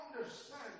Understand